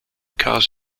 cars